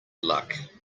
luck